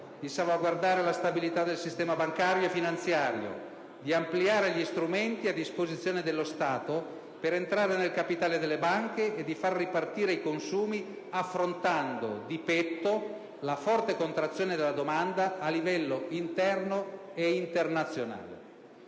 di salvaguardare la stabilità del sistema bancario e finanziario, di ampliare gli strumenti a disposizione dello Stato per entrare nel capitale delle banche e di far ripartire i consumi, affrontando di petto la forte contrazione della domanda a livello interno e internazionale.